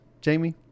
jamie